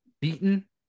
beaten